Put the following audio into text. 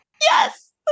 yes